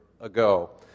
ago